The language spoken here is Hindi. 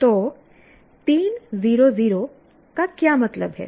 तो 3 0 0 का क्या मतलब है